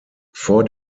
vor